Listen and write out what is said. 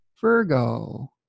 Virgo